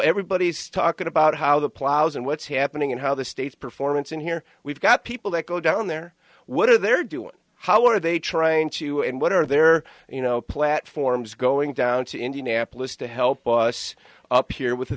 everybody's talking about how the plows and what's happening and how the states performance and here we've got people that go down there what are they're doing how are they trying to and what are their you know platforms going down to indianapolis to help us up here with the